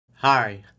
Hi